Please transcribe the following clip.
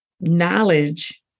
knowledge